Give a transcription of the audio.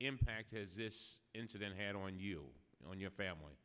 impact has this incident had on you and your family